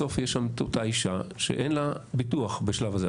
בסוף יש שם את אותה אישה שאין לה ביטוח בשלב הזה.